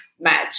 match